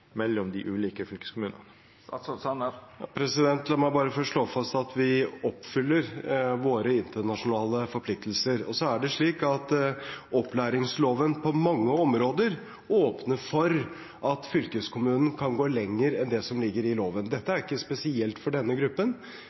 mellom de ulike fylkeskommunene? La meg først slå fast at vi oppfyller våre internasjonale forpliktelser. Så er det slik at opplæringsloven på mange områder åpner for at fylkeskommunene kan gå lenger enn det som ligger i loven. Det er ikke spesielt for denne gruppen.